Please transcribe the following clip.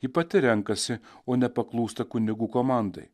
ji pati renkasi o nepaklūsta kunigų komandai